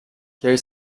quer